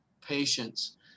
patience